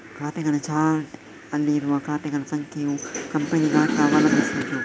ಖಾತೆಗಳ ಚಾರ್ಟ್ ಅಲ್ಲಿ ಇರುವ ಖಾತೆಗಳ ಸಂಖ್ಯೆಯು ಕಂಪನಿಯ ಗಾತ್ರ ಅವಲಂಬಿಸಿದ್ದು